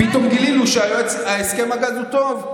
בגלל זה אני, פתאום גילינו שהסכם הגז הוא טוב.